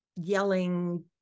yelling